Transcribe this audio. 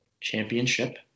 Championship